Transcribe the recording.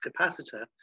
capacitor